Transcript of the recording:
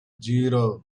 zero